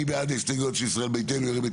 מי בעד הסתייגויות של ישראל ביתנו ירים את